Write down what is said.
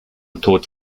tod